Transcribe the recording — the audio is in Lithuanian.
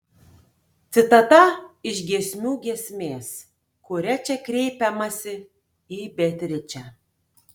citata iš giesmių giesmės kuria čia kreipiamasi į beatričę